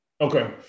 Okay